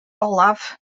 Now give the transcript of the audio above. olaf